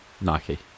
Nike